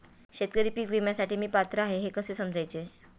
शेतकरी पीक विम्यासाठी मी पात्र आहे हे कसे समजायचे?